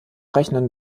rechnen